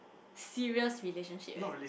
serious relationship eh